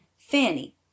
Fanny